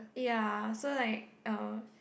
ya so like uh